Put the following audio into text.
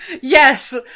Yes